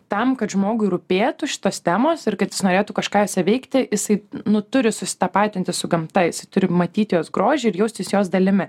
tam kad žmogui rūpėtų šitos temos ir kad jis norėtų kažką jose veikti jisai nu turi susitapatinti su gamta jisai turi matyti jos grožį ir jaustis jos dalimi